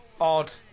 Odd